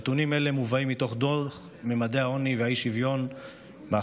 נתונים אלה מובאים מתוך דוח ממדי העוני והאי-שוויון בהכנסות